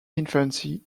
infancy